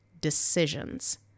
decisions